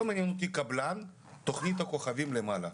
לא מעניין אותי קבלן, תוכנית הכוכבים מלמעלה.